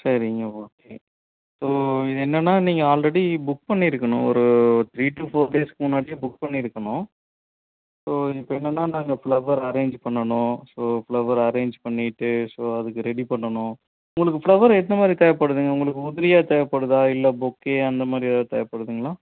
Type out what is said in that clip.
சரிங்க ஓகே இப்போது இது என்னென்னால் நீங்கள் ஆல்ரெடி புக் பண்ணி இருக்கணும் ஒரு த்ரீ டூ ஃபோர் டேஸ்சுக்கு முன்னாடியே புக் பண்ணி இருக்கணும் இப்போது இப்போ என்னென்னால் நாங்கள் ஃப்ளவர் அரேஞ்ச் பண்ணணும் ஸோ ஃப்ளவர் அரேஞ்ச் பண்ணிவிட்டு ஸோ அதுக்கு ரெடி பண்ணணும் உங்களுக்கு ஃப்ளவர் எந்தமாதிரி தேவைப்படுதுங்க உங்களுக்கு உதிரியாக தேவைப்படுதா இல்லை பொக்கே அந்தமாதிரி ஏதாவது தேவைபடுதுங்களா